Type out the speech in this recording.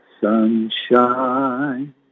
sunshine